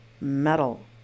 metal